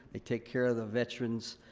they take care of the veterans.